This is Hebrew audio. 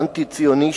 האנטי-ציוני,